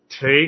take